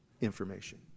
information